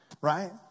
Right